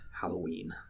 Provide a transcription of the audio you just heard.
Halloween